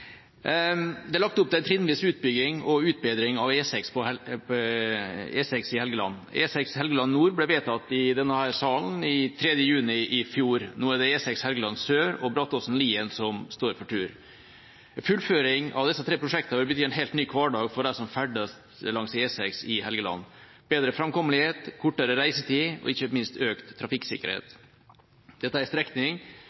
Det er lagt opp til trinnvis utbygging og utbedring av E6 i Helgeland. E6 Helgeland nord ble vedtatt i denne salen 3. juni i fjor. Nå er det E6 Helgeland sør og strekningen Brattåsen–Lien som står for tur. Fullføring av disse tre prosjektene vil bety en helt ny hverdag for dem som ferdes langs E6 i Helgeland: bedre framkommelighet, kortere reisetid, og ikke minst økt trafikksikkerhet. Dette er en strekning